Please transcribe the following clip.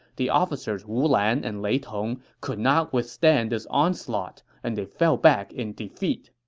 the officers wu lan and lei tong could not withstand this onslaught and they fell back in defeat.